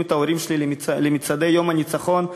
את ההורים שלי למצעדי יום הניצחון,